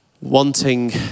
wanting